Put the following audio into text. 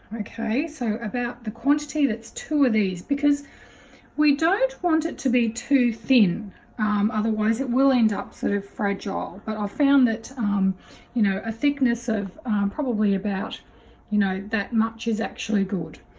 okay so about the quantity that's two of these because we don't want it to be too thin otherwise it will end up sort of fragile but i've found that you know a thickness of probably about you know that much is actually good.